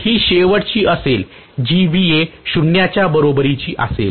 ही शेवटची असेल जी 0 च्या बरोबरीची असेल